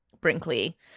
Brinkley